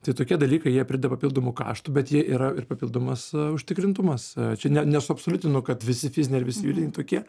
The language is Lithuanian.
tai tokie dalykai jie prideda papildomų kaštų bet jie yra ir papildomas a užtikrintumas čia ne nesuabsoliutinu kad visi fiziniai ar visi juridiniai tokie